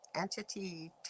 entity